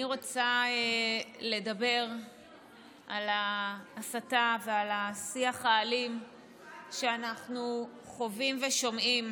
אני רוצה לדבר על ההסתה ועל השיח האלים שאנחנו חווים ושומעים